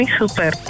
super